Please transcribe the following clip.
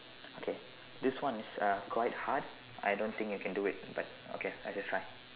okay this one is uh quite hard I don't think you can do it but okay I'll just try